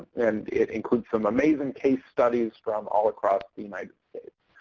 and it includes some amazing case studies from all across the united states.